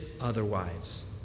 otherwise